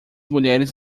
mulheres